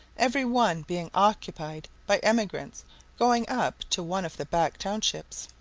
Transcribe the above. every one being occupied by emigrants going up to one of the back townships.